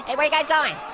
hey, where guys going?